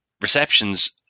reception's